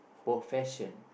profession